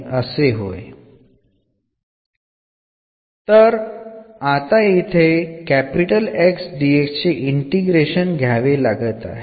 അതിനാൽ ഇത് കൃത്യമായി ആണ്